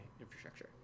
infrastructure